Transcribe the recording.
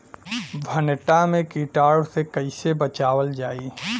भनटा मे कीटाणु से कईसे बचावल जाई?